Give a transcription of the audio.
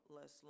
less